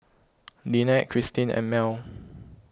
Lynette Christine and Mell